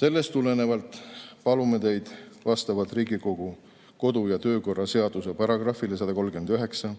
Sellest tulenevalt palume teid vastavalt Riigikogu kodu‑ ja töökorra seaduse §‑le 139